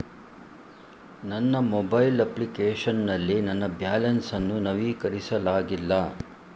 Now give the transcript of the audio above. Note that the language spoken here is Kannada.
ನನ್ನ ಮೊಬೈಲ್ ಅಪ್ಲಿಕೇಶನ್ ನಲ್ಲಿ ನನ್ನ ಬ್ಯಾಲೆನ್ಸ್ ಅನ್ನು ನವೀಕರಿಸಲಾಗಿಲ್ಲ